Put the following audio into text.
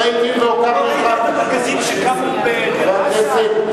ראית את המרכזים שקמו בדיר אל-אסד,